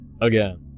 Again